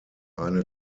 eine